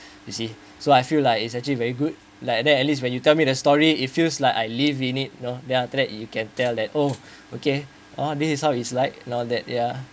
you see so I feel like it's actually very good like and then at least when you tell me the story it feels like I live in it you know then after that you can tell that oh okay oh this is how it's like and all that ya